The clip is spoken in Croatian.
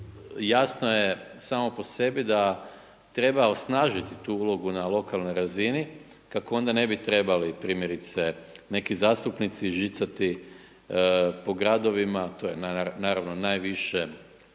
jasno je samo po sebi da treba osnažiti tu ulogu na lokalnoj razini kako onda ne bi trebali, primjerice neki zastupnici žicati po gradovima, to je naravno najviše